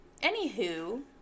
Anywho